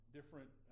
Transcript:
different